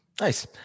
Nice